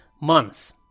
months